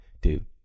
dude